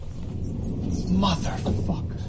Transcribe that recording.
Motherfucker